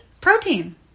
protein